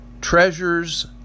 treasures